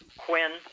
Quinn